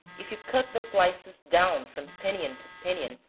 if you cut the slices down from pinion to pinion,